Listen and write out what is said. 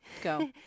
Go